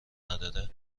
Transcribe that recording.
نداره